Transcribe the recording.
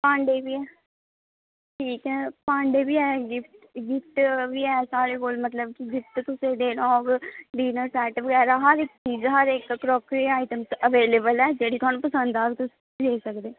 भांडे गै भांडे बी हैन जेह्दे च गिफ्ट बी हैन साढ़े कोल मतलब गिफ्ट तुसें देना होग डिनर सैट मतलब हर इक्क चीज़ हर इक्क क्रॉकरी आईटम अबेलएबल ऐ जेह्ड़ी थुहानू पसंद आह्ग लेई सकदे